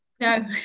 No